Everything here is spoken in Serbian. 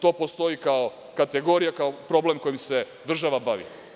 To postoji kao kategorija, kao problem kojim se država bavi.